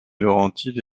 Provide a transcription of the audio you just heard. laurentides